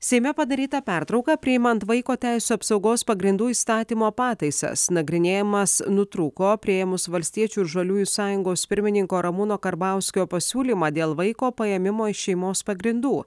seime padaryta pertrauka priimant vaiko teisių apsaugos pagrindų įstatymo pataisas nagrinėjimas nutrūko priėmus valstiečių ir žaliųjų sąjungos pirmininko ramūno karbauskio pasiūlymą dėl vaiko paėmimo iš šeimos pagrindų